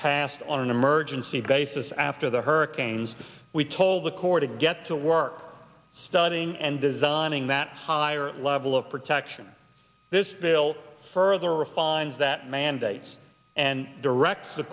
passed on an emergency basis after the hurricanes we told the corps to get to work studying and designing that higher level of protection this bill further refines that mandates and directs the